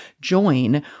join